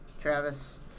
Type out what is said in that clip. Travis